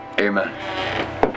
Amen